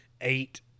eight